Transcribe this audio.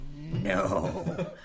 No